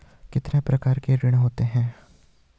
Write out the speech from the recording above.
कितने प्रकार के ऋण होते हैं?